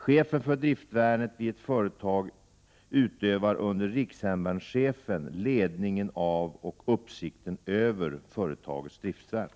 Chefen för driftvärnet vid ett företag utövar under rikshemvärnschefen ledningen av och uppsikten över företagets driftvärn.